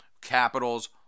Capitals